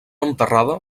enterrada